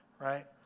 right